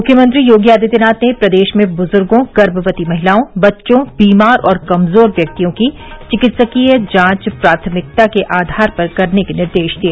मुख्यमंत्री योगी आदित्यनाथ ने प्रदेश में बुजुर्गों गर्भवती महिलाओं बच्चों बीमार और कमजोर व्यक्तियों की चिकित्सीय जांच प्राथमिकता के आधार पर करने के निर्देश दिए